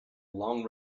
long